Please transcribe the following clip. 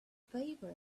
favor